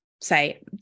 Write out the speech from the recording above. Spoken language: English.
say